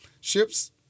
ships